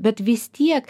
bet vis tiek